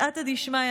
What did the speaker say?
בסייעתא דשמיא,